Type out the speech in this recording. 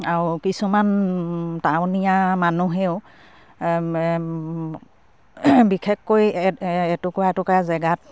আৰু কিছুমান টাউনীয়া মানুহেও বিশেষকৈ এটুকুৰা এটুকুৰা জেগাত